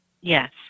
Yes